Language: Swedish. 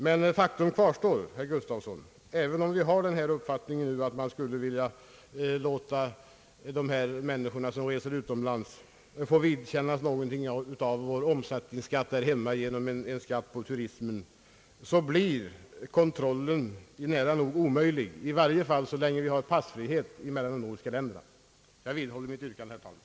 Men faktum kvarstår, herr Gustafsson. Även om vi har den uppfattningen att man bör låta de människor som reser utomlands få vidkännas något av vår omsättningsskatt här hemma genom en skatt på turistresor, så blir kontrollen nära nog omöjlig, i varje fall så länge vi har passfrihet mellan de nordiska länderna. Jag vidhåller mitt yrkande, herr talman.